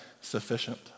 sufficient